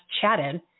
chatted